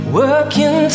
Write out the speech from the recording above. working